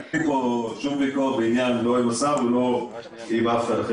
אין לי ויכוח עם השר או עם אף אחד אחר.